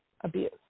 abuse